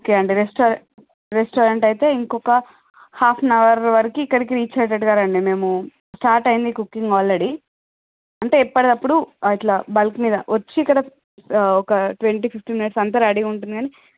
okay అండి restaurant restaurant అయితే ఇంకొక హాఫ్ ఆన్ అవర్ వరకి ఇక్కడికి రీచ్ అయ్యేటట్టుగా రండి మేము స్టార్ట్ అయింది కుకింగ్ ఆల్రెడీ అంటే ఎప్పటిదప్పుడు అట్ల బల్క్ మీద వచ్చి ఇక్కడ ఒక ట్వెంటీ ఫిఫ్టీన్ మినిట్స్ అంత రెడీగా ఉంటుంది కాని